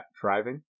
Driving